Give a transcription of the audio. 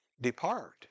Depart